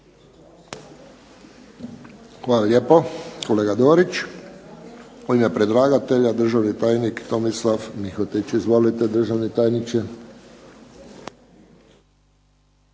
Hvala lijepo, kolega Dorić. U ime predlagatelja državni tajnik Tomislav Mihotić. Izvolite, državni tajniče.